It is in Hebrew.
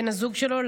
בן הזוג שלו,